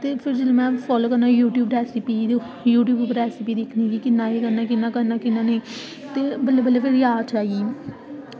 ते भी फॉलो करनी यूट्यूब रैसिपी ते यूट्यूब दी रैसिपी करनी कि कियां करना कियां नेईं ते बल्लें बल्लें भी जाच आई गेई